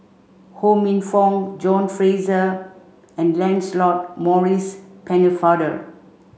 Ho Minfong John Fraser and Lancelot Maurice Pennefather